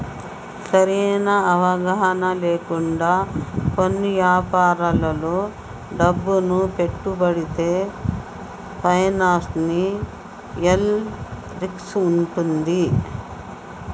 సరైన అవగాహన లేకుండా కొన్ని యాపారాల్లో డబ్బును పెట్టుబడితే ఫైనాన్షియల్ రిస్క్ వుంటది